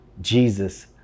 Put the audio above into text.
Jesus